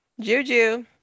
Juju